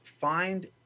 find